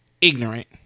ignorant